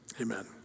Amen